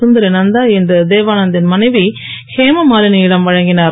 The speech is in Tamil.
சுந்தரி நந்தா இன்று தேவானந் தின் மனைவி ஹேமமாலினி யிடம் வழங்கிஞர்